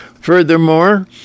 Furthermore